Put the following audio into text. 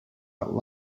about